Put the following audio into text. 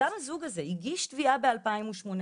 גם הזוג הזה הגיש תביעה ב-2008,